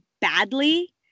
badly